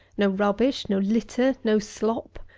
no rubbish, no litter, no slop.